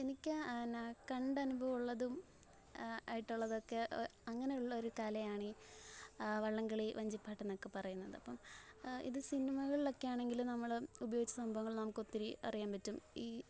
എനിക്ക് നാ കണ്ടനുഭവമുള്ളതും ആയിട്ടുള്ളതൊക്കെ അങ്ങനെയുള്ള ഒരു കലയാണീ വള്ളംകളി വഞ്ചിപ്പാട്ടെന്നൊക്കെ പറയുന്നത് അപ്പോള് ഇത് സിനിമകളിലൊക്കെയാണെങ്കിലും നമ്മള് ഉപയോഗിച്ച സംഭവങ്ങൾ നമുക്കൊത്തിരി അറിയാന്പറ്റും ഈ